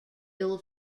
ill